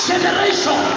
Generation